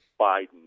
Biden